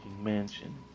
mansion